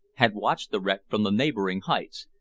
had watched the wreck from the neighbouring heights,